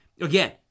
again